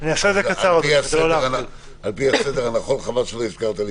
זה על פי הסדר הנכון, חבל שלא הזכרת לי